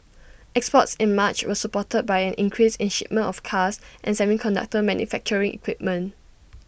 exports in March were supported by an increase in shipments of cars and semiconductor manufacturing equipment